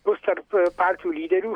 bus tarp partijų lyderių